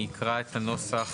אני אקרא את הנוסח